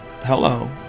Hello